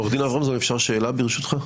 עורך דין אברמזון, שאלה ברשותך.